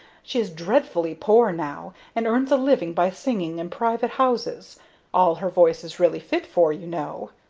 she is dreadfully poor now, and earns a living by singing in private houses all her voice is really fit for, you know.